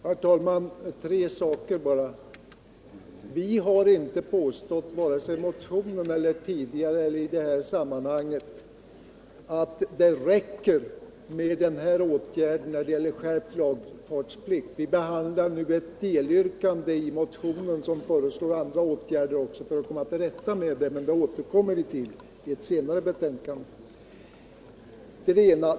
Herr talman! Jag vill bara säga tre saker. Vi har inte påstått, varken tidigare eller i det här sammanhanget och inte heller i motionen, att det räcker med skärpt lagfartsplikt. Vi behandlar nu ett delyrkande i motionen, som avser också andra åtgärder för att man skall komma till rätta med problemet, men dessa åtgärder återkommer vi till i ett senare betänkande.